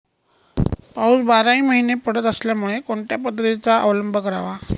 पाऊस बाराही महिने पडत असल्यामुळे कोणत्या पद्धतीचा अवलंब करावा?